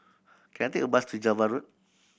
can I take a bus to Java Road